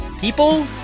People